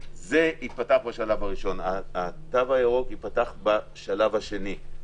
ייפתח בשלב הראשון והתו הירוק יוחל בשלב השני.